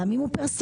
גם אם הוא פרסונלי,